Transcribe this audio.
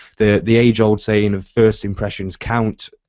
the the age old saying of first impressions count